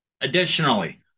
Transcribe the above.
Additionally